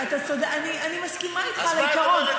אני מסכימה איתך על העיקרון.